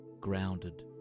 grounded